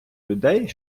людей